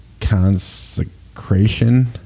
consecration